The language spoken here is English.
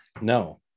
No